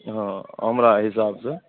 हँ हमरा हिसाबसँ